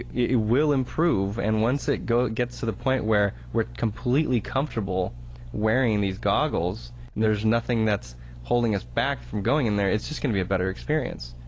it will improve and once it go gets to the point where we're completely comfortable wearing these goggles and there's nothing that's holding us back from going in there, it's just gonna be a better experience,